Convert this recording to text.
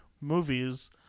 movies